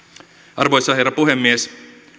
arvoisa herra puhemies